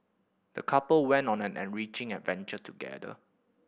the couple went on an enriching adventure together